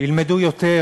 ילמדו יותר